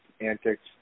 antics